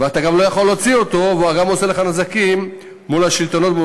ואתה גם לא יכול להוציא אותו והוא גם עושה לך נזקים מול השלטונות,